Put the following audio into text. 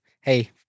Hey